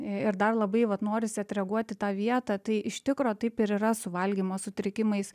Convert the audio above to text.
ir dar labai vat norisi atreaguot į tą vietą tai iš tikro taip ir yra su valgymo sutrikimais